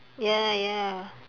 ya ya